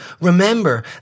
remember